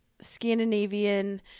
Scandinavian